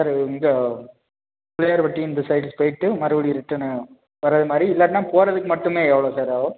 sir இங்கே பிள்ளையார்பட்டி இந்த side போயிட்டு மறுபடி ரிட்டனு வர்றது மாதிரி இல்லாட்டினால் போகிறதுக்கு மட்டுமே எவ்வளோ சார் ஆகும்